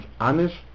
honest